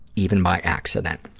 even by accident.